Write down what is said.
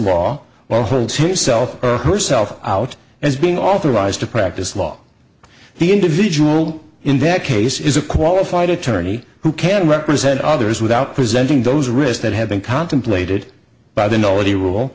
law while holds himself or herself out as being authorized to practice law the individual in that case is a qualified attorney who can represent others without presenting those risks that have been contemplated by the